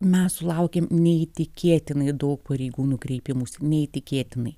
mes sulaukėm neįtikėtinai daug pareigūnų kreipimųsi neįtikėtinai